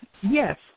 Yes